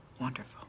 Wonderful